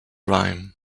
rhyme